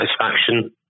satisfaction